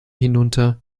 hinunter